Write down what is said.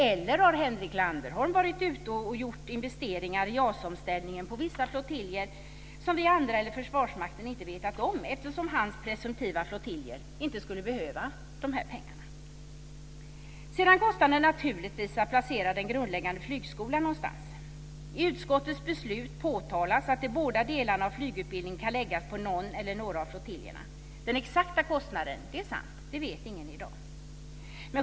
Eller har Henrik Landerholm varit ute och gjort investeringar i JAS-omställningen på vissa flottiljer som vi andra eller Försvarsmakten inte vetat om, eftersom hans presumtiva flottiljer inte skulle behöva de pengarna? Sedan kostar det naturligtvis att placera den grundläggande flygskolan någonstans. I utskottets beslut påtalas att de båda delarna av flygutbildningen kan läggas på någon eller några av flottiljerna. Den exakta kostnaden vet ingen i dag, det är sant.